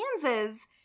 Kansas